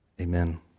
Amen